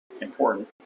important